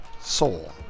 soul